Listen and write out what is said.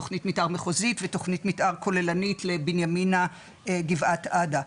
תכנית מתאר מחוזית ותכנית מתאר כוללנית לבנימינה-גבעת עדה.